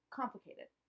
complicated